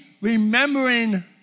remembering